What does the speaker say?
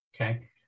Okay